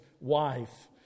wife